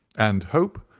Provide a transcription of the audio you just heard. and hope,